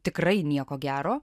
tikrai nieko gero